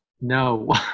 No